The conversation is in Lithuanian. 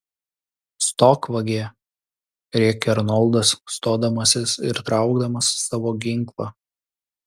stok vagie rėkė arnoldas stodamasis ir traukdamas savo ginklą